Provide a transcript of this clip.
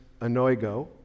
anoigo